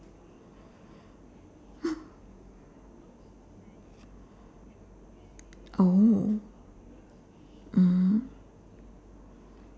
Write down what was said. oh mmhmm